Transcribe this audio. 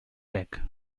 bec